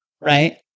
right